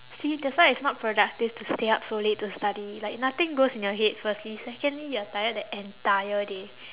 see that's why it's not productive to stay up so late to study like nothing goes in your head firstly secondly you're tired the entire day